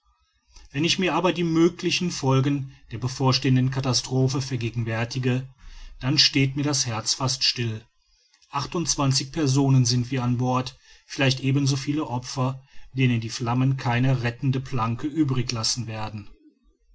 wenn ich mir aber die möglichen folgen der bevorstehenden katastrophe vergegenwärtige dann steht mir das herz fast still achtundzwanzig personen sind wir an bord vielleicht ebenso viele opfer denen die flammen keine rettende planke übrig lassen werden